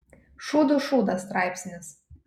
šūdų šūdas straipsnis